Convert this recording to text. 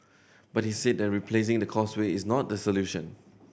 but he said that replacing the Causeway is not the solution